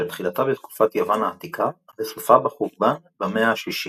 שתחילתה בתקופת יוון העתיקה וסופה בחורבן במאה השישית.